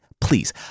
please